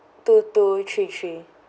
two two three three